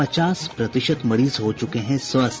पचास प्रतिशत मरीज हो चुके हैं स्वस्थ